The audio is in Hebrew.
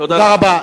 תודה רבה.